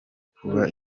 kuba